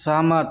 सहमत